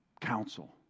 counsel